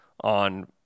on